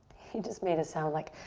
he just made us sound like